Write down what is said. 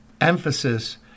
emphasis